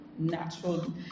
natural